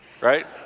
right